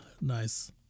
Nice